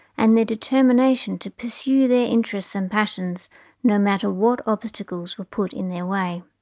and their determination to pursue their interests and passions no matter what obstacles were put in their way.